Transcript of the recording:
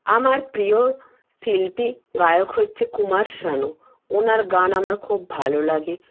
আমার প্রিয় শিল্পী গায়ক হচ্ছে কুমার শানু ওনার গান আমার খুব ভালো লাগে